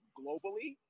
globally